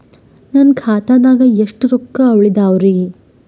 ನನ್ನ ಖಾತಾದಾಗ ಎಷ್ಟ ರೊಕ್ಕ ಉಳದಾವರಿ?